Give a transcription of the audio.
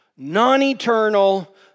Non-eternal